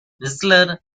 whistler